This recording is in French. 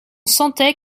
sentait